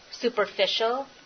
superficial